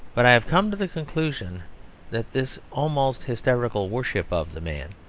but i have come to the conclusion that this almost hysterical worship of the man,